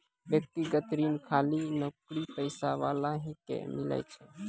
व्यक्तिगत ऋण खाली नौकरीपेशा वाला ही के मिलै छै?